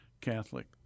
Catholic